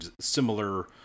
similar